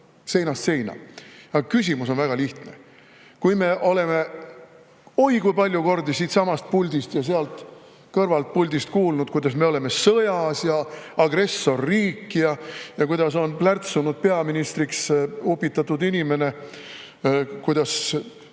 seinast seina. Aga küsimus on väga lihtne. Oi kui palju kordi me oleme siitsamast puldist ja sealt kõrvalt puldist kuulnud, et me oleme sõjas ja agressorriik, kuidas on plärtsunud peaministriks upitatud inimene, et